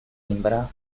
lembrar